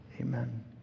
Amen